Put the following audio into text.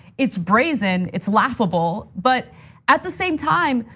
it's brazen, it's laughable, but at the same time,